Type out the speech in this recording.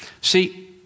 See